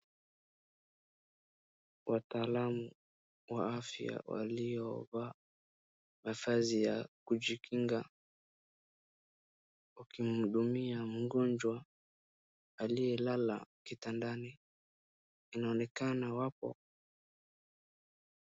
Wataalamu wa afya waliovaa mavazi ya kujikinga wakimhudumia mgonjwa aliyelala kitandani. Inaonekana wapo...